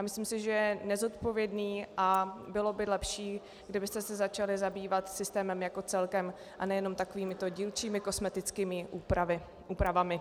Myslím si, že je nezodpovědný a bylo by lepší, kdybyste se začali zabývat systémem jako celkem, a ne jenom takovými dílčími kosmetickými úpravami.